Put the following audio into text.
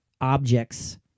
objects